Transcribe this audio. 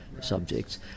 subjects